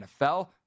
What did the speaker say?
NFL